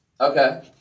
Okay